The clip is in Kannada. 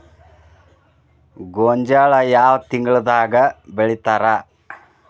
ಗೋಂಜಾಳ ಯಾವ ತಿಂಗಳದಾಗ್ ಬೆಳಿತಾರ?